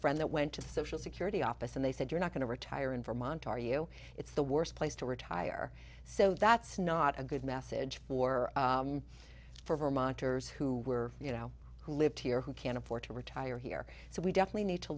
friend that went to the social security office and they said you're not going to retire in vermont are you it's the worst place to retire so that's not a good message for for vermonters who were you know who live here who can't afford to retire here so we definitely need to